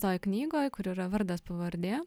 toj knygoj kur yra vardas pavardė